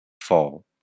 fall